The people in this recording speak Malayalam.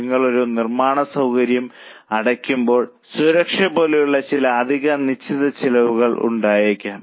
നിങ്ങൾ ഒരു നിർമ്മാണ സൌകര്യം അടയ്ക്കുമ്പോൾ സുരക്ഷ പോലുള്ള ചില അധിക നിശ്ചിത ചിലവുകൾ ഉണ്ടായേക്കാം